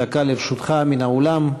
דקה לרשותך מן האולם,